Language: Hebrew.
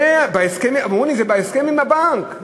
אמרו לי: זה בהסכם עם הבנק,